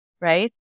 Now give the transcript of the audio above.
Right